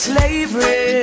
Slavery